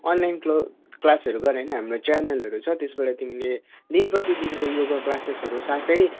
online क्लो क्लासहरू गर्ने हो भने पनि हाम्रो च्यानलहरू छ त्यसबाट तिमीले दिन प्रतिदिनको योगा क्लासेसहरू साथै